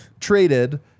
traded